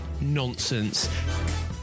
nonsense